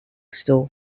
store